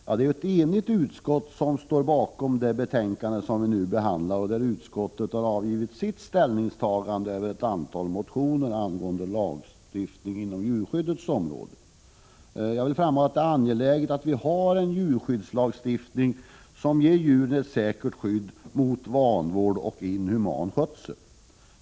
Herr talman! Ett enigt utskott står bakom det betänkande som vi nu behandlar, där utskottet har tagit ställning till ett antal motioner angående lagstiftning på djurskyddets område. Jag vill framhålla att det är angeläget att vi har en djurskyddslagstiftning som ger djuren ett säkert skydd mot vanvård och inhuman skötsel.